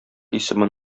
исемен